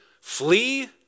flee